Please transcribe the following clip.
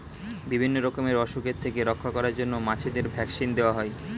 বিভিন্ন রকমের অসুখের থেকে রক্ষা করার জন্য মাছেদের ভ্যাক্সিন দেওয়া হয়